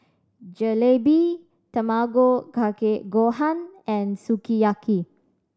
Jalebi Tamago Kake Gohan and Sukiyaki